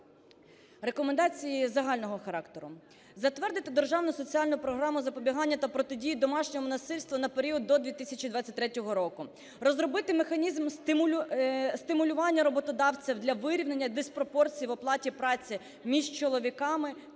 Рекомендації загального характеру. Затвердити Державну соціальну програму запобігання та протидії домашньому насильству на період до 2023 року. Розробити механізм стимулювання роботодавців для вирівняння диспропорцій в оплаті праці між чоловіками